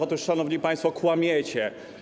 Otóż, szanowni państwo, kłamiecie.